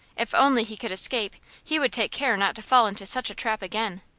if only he could escape he would take care not to fall into such a trap again.